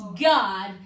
God